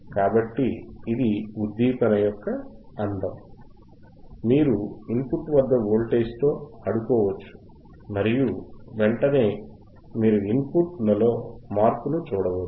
కాబట్టి ఇది ఉద్దీపన యొక్క అందం మీరు ఇన్పుట్ వద్ద వోల్టేజ్ తో ఆడుకోవచ్చు మరియు వెంటనే మీరు అవుట్ పుట్ లో మార్పును చూడవచ్చు